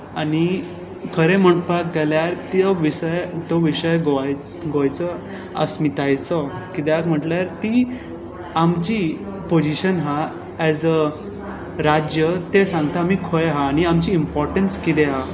आनी खरें म्हणपाक गेल्यार तो विशय गोंयचो अस्मितायेचो कित्याक म्हटल्यार ती आमची पोझीशन आसा एस अ राज्य तें सांगता आमी खंय आसा आनी आमची इम्पोर्टनंस कितें आसा